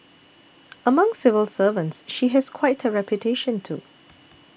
among civil servants she has quite a reputation too